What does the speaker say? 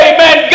Amen